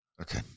Okay